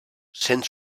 sent